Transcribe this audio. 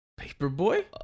Paperboy